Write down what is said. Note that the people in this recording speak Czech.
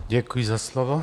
Děkuji za slovo.